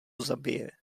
zabije